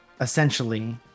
essentially